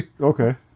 Okay